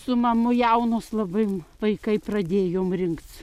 su mamu jaunos labai vaikai pradėjom rinkc